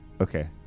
Okay